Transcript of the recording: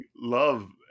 love